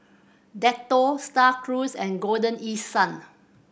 Dettol Star Cruise and Golden East Sun